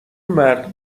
مرد